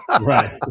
Right